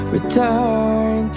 Return